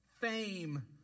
fame